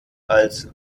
als